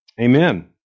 amen